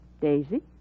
Daisy